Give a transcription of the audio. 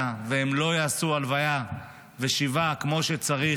והם לא יעשו הלוויה ושבעה כמו שצריך,